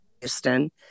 Houston